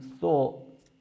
thought